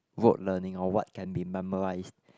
rote learning or what can be memorised